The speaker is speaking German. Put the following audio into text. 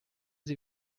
sie